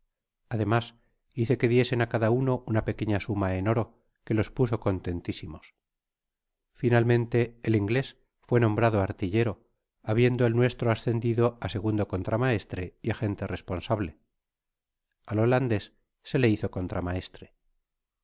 además hice que diesen á cada uno una pequeña suma en oto que los puso contentisimos finalmente el inglés fué nombrado artillero habiendo el nuestro ascendido á segundo contramaestre y agente responsable al holandés se le ihb contramaestre